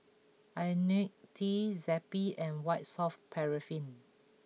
Ionil T Zappy and White Soft Paraffin